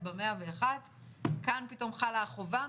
אז ב-101 כאן פתאום חלה החובה?